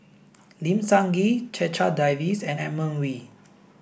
Lim Sun Gee Checha Davies and Edmund Wee